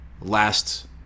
last